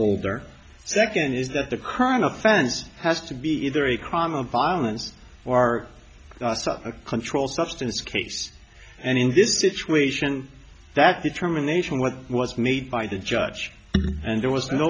older second is that the current offense has to be either a crime of violence or are a controlled substance case and in this situation that determination what was made by the judge and there was no